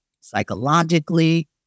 psychologically